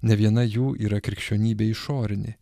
ne viena jų yra krikščionybė išorinė